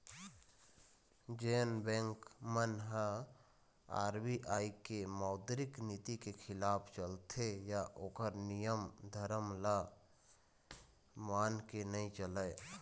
जेन बेंक मन ह आर.बी.आई के मौद्रिक नीति के खिलाफ चलथे या ओखर नियम धरम ल मान के नइ चलय